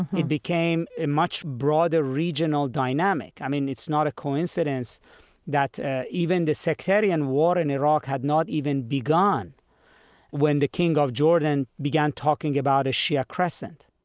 it became a much broader regional dynamic. i mean, it's not a coincidence that ah even the sectarian war in iraq had not even begun when the king of jordan began talking about a shia crescent